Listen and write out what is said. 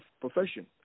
profession